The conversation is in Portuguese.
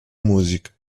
música